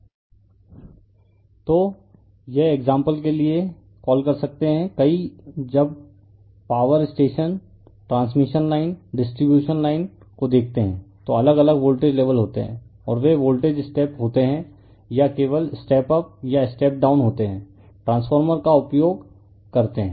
refer slide time 0105 तो यह example के लिए कॉल कर सकता है कई जब power station transmission line distribution line को देखते हैं तो अलग अलग वोल्टेज लेवल होते हैं और वे वोल्टेज स्टेप होते हैं या केवल स्टेप अप या स्टेप डाउन होते हैं ट्रांसफॉर्मर क उपयोग करते हैं